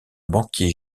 banquier